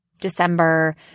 December